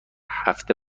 هفته